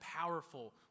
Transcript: powerful